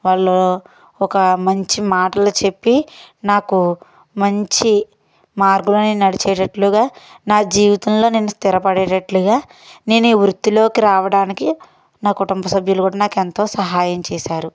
వాళ్ళు ఒక మంచి మాటలు చెప్పి నాకు మంచి మార్గంలోనే నడిచేటట్లుగా నా జీవితంలో నేను స్థిరపడేడట్లుగా నేను ఈ వృత్తిలోకి రావడానికి నా కుటుంబ సభ్యులు కూడా నాకు ఎంతో సహాయం చేశారు